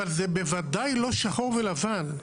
אבל זה בוודאי לא שחור ולבן.